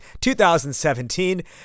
2017